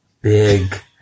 big